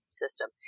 system